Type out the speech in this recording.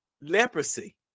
leprosy